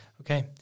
Okay